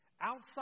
Outside